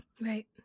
right